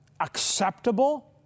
acceptable